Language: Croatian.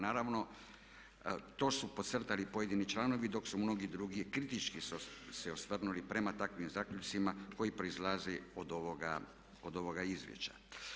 Naravno to su podcrtali pojedini članovi dok su mnogi drugi kritički se osvrnuli prema takvim zaključcima koji proizlaze od ovoga izvješća.